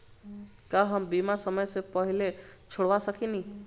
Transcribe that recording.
का हम बीमा समय से पहले छोड़वा सकेनी?